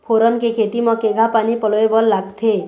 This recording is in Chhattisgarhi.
फोरन के खेती म केघा पानी पलोए बर लागथे?